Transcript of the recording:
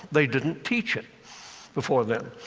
they didn't teach it before then.